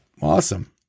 Awesome